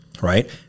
Right